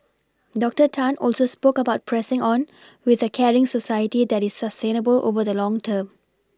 doctor Tan also spoke about pressing on with a caring society that is sustainable over the long term